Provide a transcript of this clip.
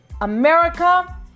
America